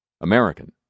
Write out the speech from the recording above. American